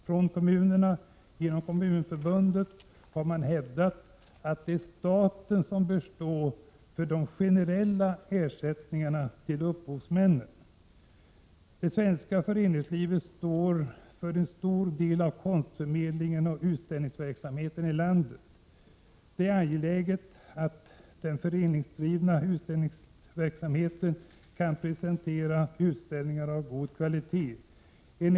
Från kommunernas sida har man genom Kommunförbundet hävdat att staten bör stå för generella ersättningar till upphovsmän. Det svenska föreningslivet står för en stor del av konstförmedlingen och utställningsverksamheten i landet. Det är angeläget att den föreningsdrivna utställningsverksamheten kan presentera utställningar av god kvalitet.